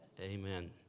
Amen